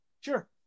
Sure